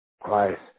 Christ